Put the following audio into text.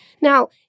Now